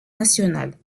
nationale